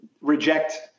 reject